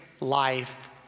life